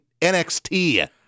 NXT